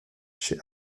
chez